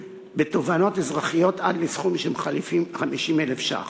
בתובענות אזרחיות עד לסכום של 50,000 שקלים.